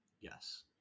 Yes